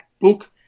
book